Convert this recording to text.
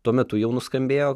tuo metu jau nuskambėjo